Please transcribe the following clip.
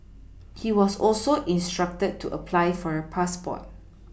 he was also instructed to apply for a passport